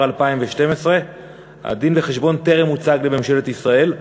2012. הדין-וחשבון טרם הוצג בממשלת ישראל.